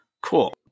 Cool